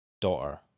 daughter